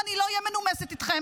ואני לא אהיה מנומסת איתכם.